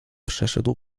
przeszedł